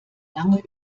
lange